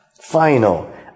final